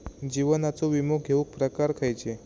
जीवनाचो विमो घेऊक प्रकार खैचे?